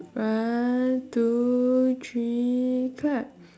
one two three clap